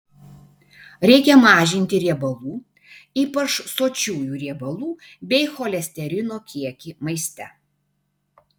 reikia mažinti riebalų ypač sočiųjų riebalų bei cholesterino kiekį maiste